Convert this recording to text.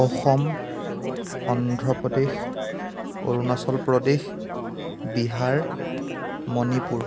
Assam Andhra Pradesh Arunachal Pradesh Bihar Manipur